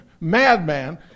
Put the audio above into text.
madman